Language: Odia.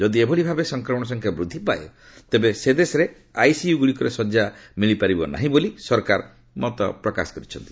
ଯଦି ଏହିଭଳି ଭାବେ ସଂକ୍ରମଣ ସଂଖ୍ୟା ବୃଦ୍ଧି ପାଏ ତେବେ ସେ ଦେଶର ଆଇସିୟୁ ଗୁଡ଼ିକରେ ଶଯ୍ୟା ମିଳିପାରିବ ନାହିଁ ବୋଲି ସରକାର ମତପ୍ରକାଶ କରିଛନ୍ତି